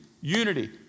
unity